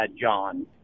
John